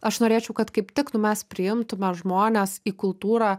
aš norėčiau kad kaip tik nu mes priimtume žmones į kultūrą